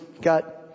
got